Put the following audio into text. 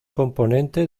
componente